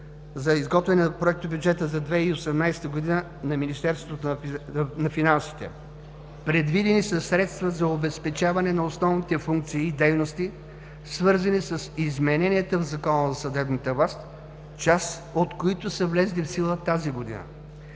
за изготвяне на Проектобюджета за 2018 г. на Министерството на финансите. Предвидени са средства за обезпечаване на основните функции и дейности, свързани с измененията в Закона за съдебната власт, част от които са влезли в сила тази година.